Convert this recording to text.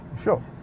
Sure